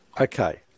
okay